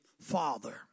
father